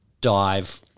dive